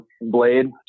blade